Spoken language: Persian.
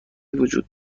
وجود